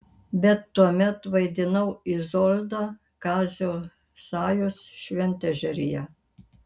bet tuomet vaidinau izoldą kazio sajos šventežeryje